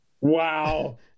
wow